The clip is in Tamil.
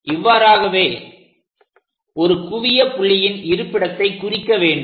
இவ்வாறாகவே குவிய புள்ளியின் இருப்பிடத்தை குறிக்க வேண்டும்